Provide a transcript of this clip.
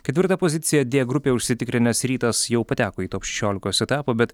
ketvirtą poziciją d grupėje užsitikrinęs rytas jau pateko į top šešiolikos etapą bet